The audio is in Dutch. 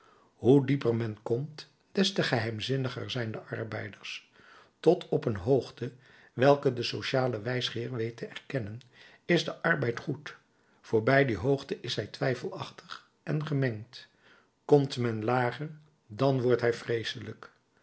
hoe dieper men komt des te geheimzinniger zijn de arbeiders tot op een hoogte welke de sociale wijsgeer weet te erkennen is de arbeid goed voorbij die hoogte is hij twijfelachtig en gemengd komt men lager dan wordt hij vreeselijk